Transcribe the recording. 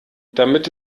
damit